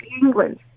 England